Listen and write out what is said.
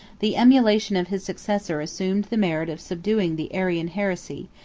the emulation of his successor assumed the merit of subduing the arian heresy,